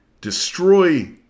destroy